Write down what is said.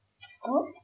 Stop